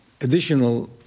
additional